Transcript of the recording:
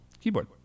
keyboard